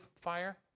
fire